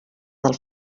del